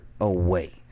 away